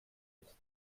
ist